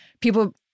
people